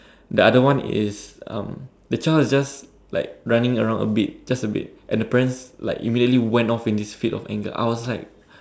the other one is um the child is just like running around a bit just a bit and the parents like immediately went off in this fit of anger I was like